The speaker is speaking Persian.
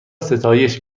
ستایش